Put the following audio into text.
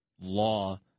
law